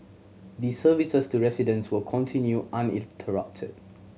the services to residents will continue uninterrupted